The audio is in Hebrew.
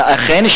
אכן,